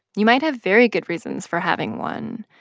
you might have very good reasons for having one,